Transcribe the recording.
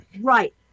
Right